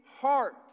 heart